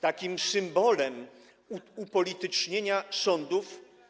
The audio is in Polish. Takim symbolem upolitycznienia sądów.